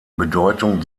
bedeutung